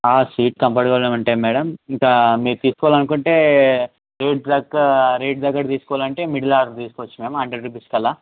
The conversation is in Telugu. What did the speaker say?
సీట్ కంఫర్టబుల్గా ఉంటాయి మేడమ్ ఇంకా మీరు తీసుకోవాలి అనుకుంటే రేట్ తగ్గ రేట్ తగ్గట్టు తీసుకోవాలి అనుకుంటే మిడిల్ ఆర్డర్ తీసుకోవచ్చు మేమ్ హండ్రెడ్ రూపీస్ కల్ల